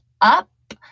up